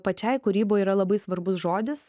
pačiai kūryboj yra labai svarbus žodis